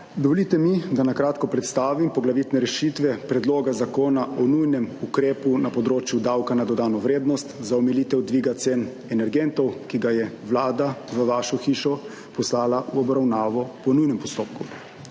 Dovolite mi, da na kratko predstavim poglavitne rešitve Predloga zakona o nujnem ukrepu na področju davka na dodano vrednost za omilitev dviga cen energentov, ki ga je Vlada v vašo hišo poslala v obravnavo po nujnem postopku.